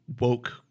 woke